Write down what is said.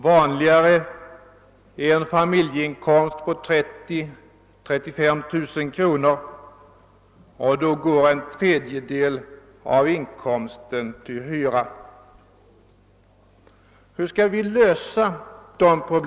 Vanligare är en familjeinkomst på 30 000—35 000 kronor, och då går en tredjedel av inkomsten till hyra.